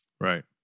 Right